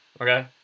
okay